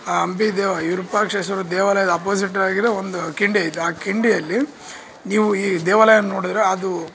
ಆ ಹಂಪಿ ದೇವಾಲಯ ವಿರೂಪಾಕ್ಷೇಶ್ವರ ದೇವಾಲಯದ ಅಪೊಸಿಟಾಗಿದೆ ಒಂದು ಕಿಂಡಿ ಐತೆ ಆ ಕಿಂಡಿಯಲ್ಲಿ ನೀವು ಈ ದೇವಾಲಯ ನೋಡಿದ್ರೆ ಅದು